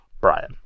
Brian